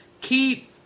keep